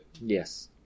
Yes